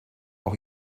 auch